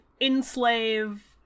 enslave